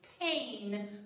pain